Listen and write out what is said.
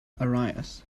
arias